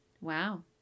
Wow